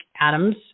Adams